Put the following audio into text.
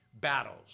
battles